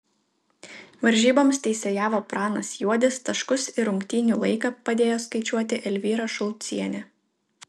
varžyboms teisėjavo pranas juodis taškus ir rungtynių laiką padėjo skaičiuoti elvyra šulcienė